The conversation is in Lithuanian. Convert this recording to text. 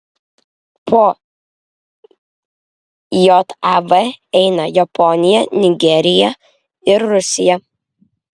po jav eina japonija nigerija ir rusija